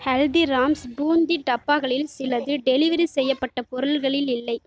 ஹல்திராம்ஸ் பூந்தி டப்பாக்களில் சில டெலிவெரி செய்யப்பட்ட பொருட்களில் இல்லை